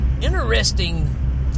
interesting